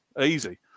Easy